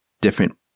different